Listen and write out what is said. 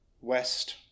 West